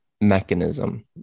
mechanism